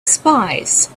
spies